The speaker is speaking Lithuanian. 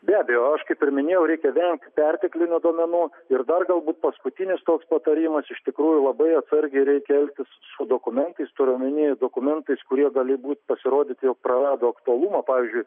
be abejo aš kaip ir minėjau reikia vengt perteklinių duomenų ir dar galbūt paskutinis toks patarimas iš tikrųjų labai atsargiai reikia elgtis su dokumentais turiu omeny dokumentais kurie gali būti pasirodyt jau prarado aktualumą pavyzdžiui